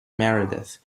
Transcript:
meredith